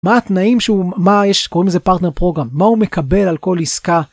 מה התנאים שהוא מה יש קוראים לזה פרטנר פרוגרם מה הוא מקבל על כל עסקה.